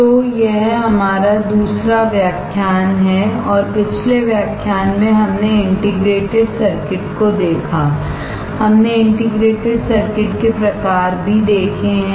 तो यह हमारा दूसरा व्याख्यान है और पिछले व्याख्यान में हमने इंटीग्रेटेड सर्किट को देखा और हमने इंटीग्रेटेड सर्किट के प्रकार भी देखे हैं